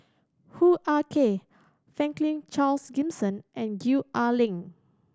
Hoo Ah Kay Franklin Charles Gimson and Gwee Ah Leng